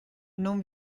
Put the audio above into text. non